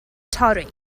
torri